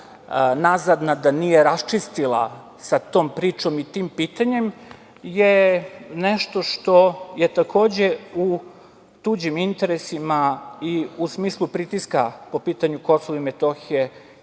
nazadna, da nije raščistila sa tom pričom i tim pitanjem, je nešto što takođe u tuđim interesima i u smislu pritiska po pitanju KiM i Republike